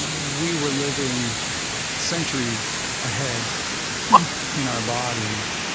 we were living centuries ahead in our bodies.